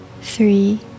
three